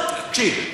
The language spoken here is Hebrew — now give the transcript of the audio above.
תקשיב,